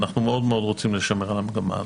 אנחנו מאוד רוצים לשמר את המגמה הזאת.